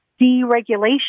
deregulation